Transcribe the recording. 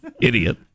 Idiot